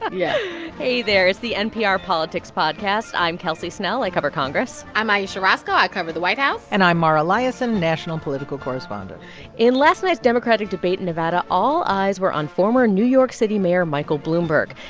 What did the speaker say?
ah yeah hey there. it's the npr politics podcast i'm kelsey snell. i cover congress i'm ayesha rascoe. i cover the white house and i'm mara liasson, national political correspondent in last night's democratic debate in nevada, all eyes were on former new york city mayor michael bloomberg.